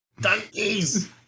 donkeys